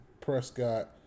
Prescott